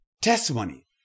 testimony